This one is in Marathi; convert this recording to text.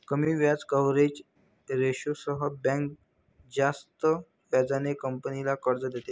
कमी व्याज कव्हरेज रेशोसह बँक जास्त व्याजाने कंपनीला कर्ज देते